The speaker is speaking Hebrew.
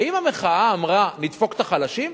האם המחאה אמרה: נדפוק את החלשים?